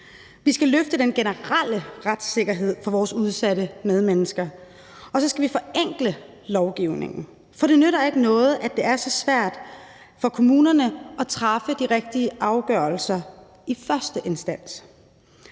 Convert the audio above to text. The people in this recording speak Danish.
Vi skal løfte den generelle retssikkerhed for vores udsatte medmennesker, og så skal vi forenkle lovgivningen, for det nytter ikke noget, at det er så svært for kommunerne at træffe de rigtige afgørelser i første instans.